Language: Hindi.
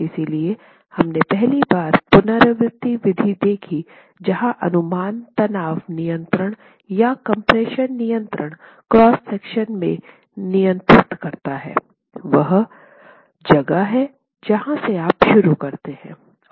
इसलिए हमने पहली बार पुनरावृति विधि देखी जहां अनुमान तनाव नियंत्रण या कम्प्रेशन नियंत्रण क्रॉस सेक्शन में नियंत्रित करता है यह वह जगह है जहां से आप शुरू करते हैं